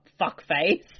fuckface